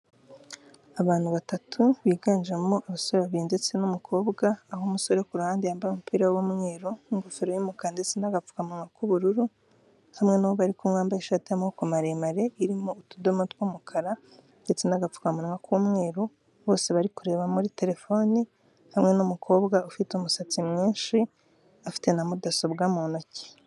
Abantu batatu biganjemo abasore babiri ndetse n'umukobwa aho umusore uri kuruhande yambaye umupira w'umweru n'ingofero y'umukara ndetse n'agapfukamuwa k'ubururu hamwe n'uwo bari kumwe wambaye ishati y'amaboko maremare irimo utudomo tw'umukara ndetse n'agapfukamunwa k'umweru bose bari kureba muri terefone hamwe n'umukobwa ufite umusatsi mwinshi afite na mudasobwa mu ntoki.